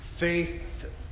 faith